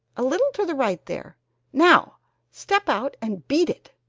a little to the right, there now step out and beat it!